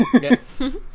Yes